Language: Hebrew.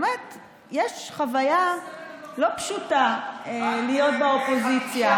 יש חוויה לא פשוטה להיות באופוזיציה,